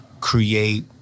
create